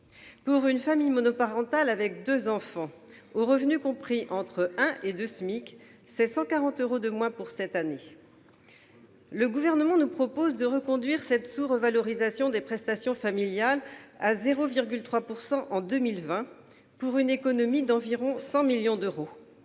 Pour une famille monoparentale avec deux enfants, aux revenus compris entre un et deux SMIC, cela représente 140 euros de moins pour cette année. Le Gouvernement nous propose de reconduire cette sous-revalorisation des prestations familiales à 0,3 % en 2020, pour une économie de 100 millions d'euros